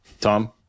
tom